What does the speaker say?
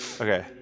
Okay